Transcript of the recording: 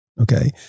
Okay